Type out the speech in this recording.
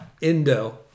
Indo